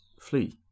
flee